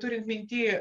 turint minty